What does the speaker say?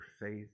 faith